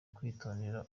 kwitondera